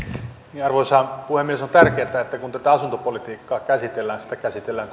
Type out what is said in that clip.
arvoisa puhemies on tärkeää että kun tätä asuntopolitiikkaa käsitellään sitä käsitellään